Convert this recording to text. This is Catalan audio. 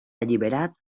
alliberat